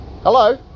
Hello